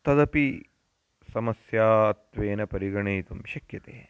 तदपि समस्यात्वेन परिगणयितुं शक्यते